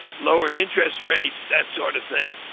lowered interest rates, that sort of thing,